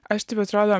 aš taip atrodo